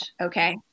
Okay